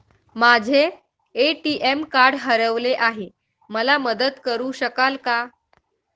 माझे ATM card हरवले आहे, मला मदत करु शकाल का?